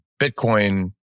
Bitcoin